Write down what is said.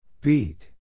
Beat